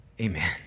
Amen